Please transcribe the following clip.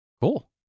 Cool